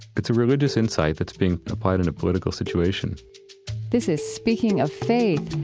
it's a religious insight that's being applied in a political situation this is speaking of faith.